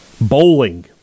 Bowling